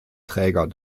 träger